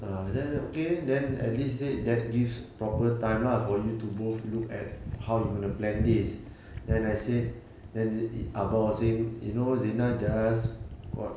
ah then okay then at least say that gives proper time lah for you to both look at how you gonna plan this then I say then the abah was saying you know zina just got